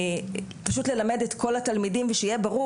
פשוט ללמד את כל התלמידים ושיהיה ברור